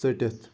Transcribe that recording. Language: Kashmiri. ژٔٹِتھ